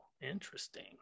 Interesting